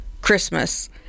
Christmas